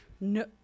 no